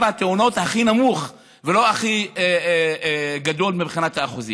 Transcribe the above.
התאונות הכי נמוך ולא הכי גדול מבחינת האחוזים.